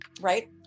right